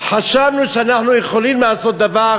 חשבנו שאנחנו יכולים לעשות דבר,